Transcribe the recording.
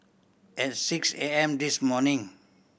at six A M this morning